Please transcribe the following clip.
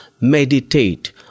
meditate